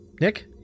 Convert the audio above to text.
Nick